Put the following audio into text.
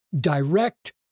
direct